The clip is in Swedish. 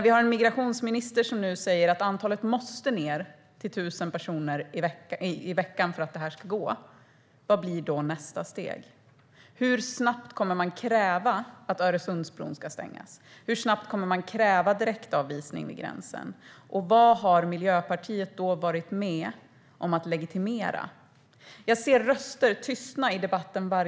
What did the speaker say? Vi har en migrationsminister som nu säger att antalet måste ned till 1 000 personer i veckan för att det här ska gå. Vad blir då nästa steg? Hur snabbt kommer man att kräva att Öresundsbron ska stängas? Hur snabbt kommer man att kräva direktavvisning vid gränsen? Och vad har Miljöpartiet då varit med om att legitimera? Jag märker varje dag hur röster tystnar i debatten.